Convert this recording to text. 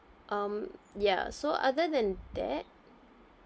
um ya so other than that